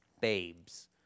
babes